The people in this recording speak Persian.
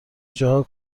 جاها